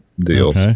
deals